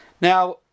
Now